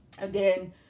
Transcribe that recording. Again